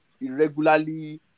irregularly